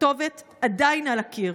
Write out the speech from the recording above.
הכתובת עדיין על הקיר,